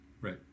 Right